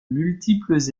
multiples